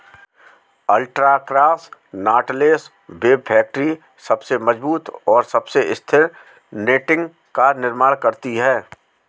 ultra cross knotless web factory सबसे मजबूत और सबसे स्थिर नेटिंग का निर्माण करती है